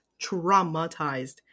traumatized